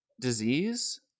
disease